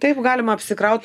taip galima apsikraut